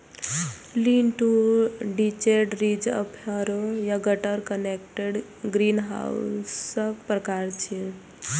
lean to detached, ridge आ furrow या gutter connected ग्रीनहाउसक प्रकार छियै